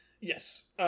Yes